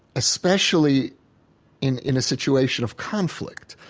especially in in a situation of conflict,